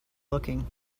looking